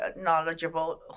knowledgeable